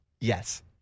Yes